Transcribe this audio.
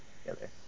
together